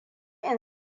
in